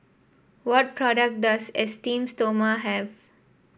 what product does Esteem Stoma have